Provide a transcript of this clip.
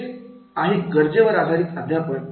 हेच आहे गरजेवर आधारित अध्यापन